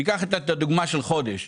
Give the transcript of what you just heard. ניקח את הדוגמה של חודש.